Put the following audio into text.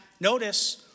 notice